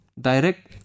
direct